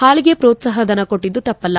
ಹಾಲಿಗೆ ಪ್ರೋತ್ಸಾಹ ಧನ ಕೊಟ್ಟಿದ್ದು ತಪ್ಪಲ್ಲ